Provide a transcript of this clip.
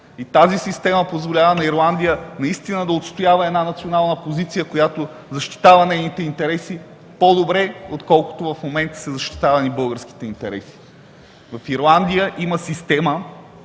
Тази система позволява на Ирландия наистина да отстоява една национална позиция, която защитава нейните интереси по-добре, отколкото в момента са защитавани българските интереси. В Ирландия има система,